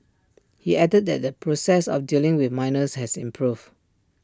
he added that the process of dealing with minors has improved